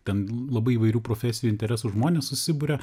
ten labai įvairių profesijų interesų žmonės susiburia